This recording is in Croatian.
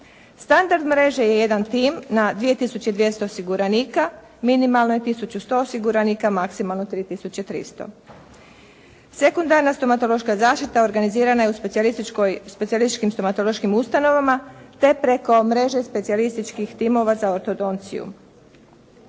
Standard mreže je jedan tim na 2 tisuće 200 osiguranika, minimalno je tisuću 100 osiguranika, maksimalno 3 tisuće 300. Sekundarna stomatološka zaštita organizirana je u specijalističkim stomatološkim ustanovama, te preko mreže specijalističkih timova za ortodonciju.